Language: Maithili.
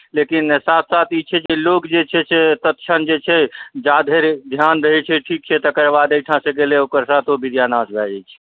लेकिन साथ साथ ई छै जे लोग जे छै से तत्क्षण जे छै जा धरि ध्यान दै छै ठीक छै तकर बाद ओहिठामसँ गेलै ओकर सातो विद्या नाश भए जाइत छै